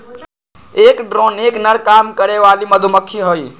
एक ड्रोन एक नर काम करे वाली मधुमक्खी हई